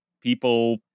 people